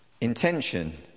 intention